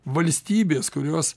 valstybės kurios